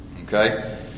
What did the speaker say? Okay